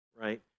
right